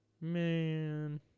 Man